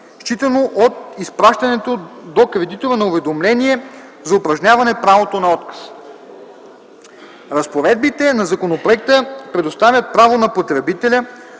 считано от изпращането до кредитора на уведомление за упражняване правото на отказ. Разпоредбите на законопроекта предоставят право на потребителя